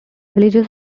villages